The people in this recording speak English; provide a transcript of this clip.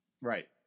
Right